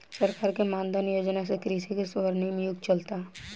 सरकार के मान धन योजना से कृषि के स्वर्णिम युग चलता